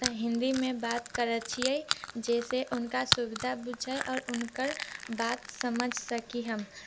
तऽ हिन्दीमे बात करै छियै जेहि से हुनका सुविधा बुझय आओर हुनकर बात समझ सकी हम